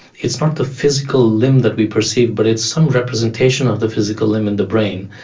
it's not the physical limb that we perceive but it's some representation of the physical limb in the brain.